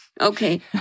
Okay